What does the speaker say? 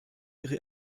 ihre